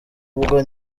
ubwo